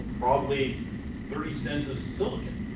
probably thirty cents of silicon,